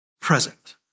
Present